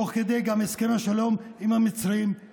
ותוך כדי גם הסכם השלום עם המצרים,